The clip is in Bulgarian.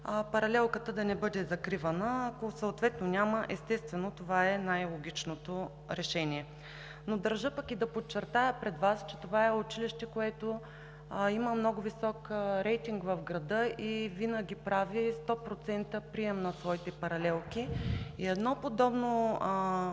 паралелката да не бъде закривана, а ако съответно няма, естествено, това е най-логичното решение. Държа обаче да подчертая пред Вас, че това е училище, което има много висок рейтинг в града и винаги прави 100% прием на своите паралелки. Едно подобно